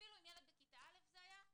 אפילו עם ילד בכיתה א' זה היה,